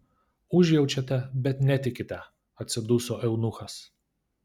užjaučiate bet netikite atsiduso eunuchas